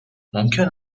ممکن